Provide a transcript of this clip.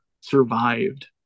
survived